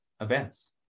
events